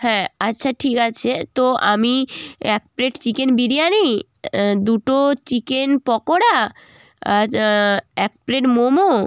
হ্যাঁ আচ্ছা ঠিক আছে তো আমি এক প্লেট চিকেন বিরিয়ানি দুটো চিকেন পকোড়া আর এক প্লেট মোমো